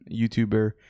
YouTuber